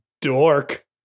Dork